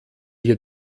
hier